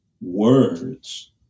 words